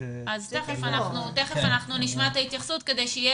תיכף אנחנו נשמע את ההתייחסות כדי שיהיה